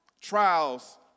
trials